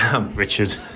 Richard